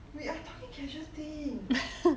we are talking casual thing